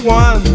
one